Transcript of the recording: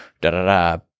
da-da-da